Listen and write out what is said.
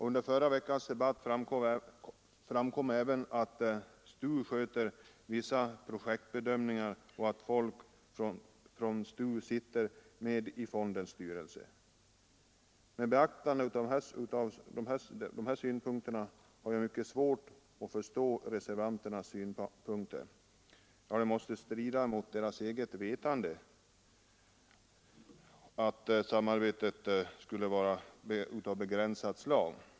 Under debatten framkom även att STU sköter vissa projektbedömningar och att folk från STU sitter med i fondens styrelse. Med beaktande av de här synpunkterna har jag mycket svårt att förstå reservanternas inställning. Det måste strida mot deras eget vetande att hävda att samarbetet skulle vara av begränsat slag.